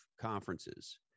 conferences